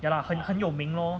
ya lah 很很有名 lor